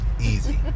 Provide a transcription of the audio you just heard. Easy